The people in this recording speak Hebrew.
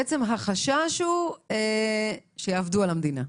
בעצם החשש הוא שיעבדו על המדינה?